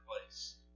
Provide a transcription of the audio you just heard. place